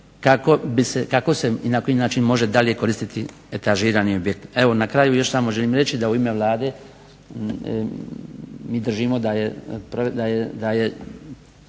kako se i na koji način može dalje koristiti etažirani objekt. Evo na kraju još samo želim reći da u ime Vlade mi držimo da je